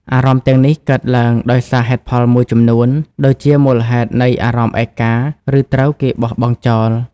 អារម្មណ៍ទាំងនេះកើតឡើងដោយសារហេតុផលមួយចំនួន ដូចជាមូលហេតុនៃអារម្មណ៍ឯកា ឬត្រូវគេបោះបង់ចោល។